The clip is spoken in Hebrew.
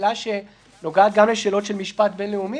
אני